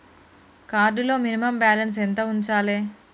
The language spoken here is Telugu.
కార్డ్ లో మినిమమ్ బ్యాలెన్స్ ఎంత ఉంచాలే?